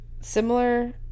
similar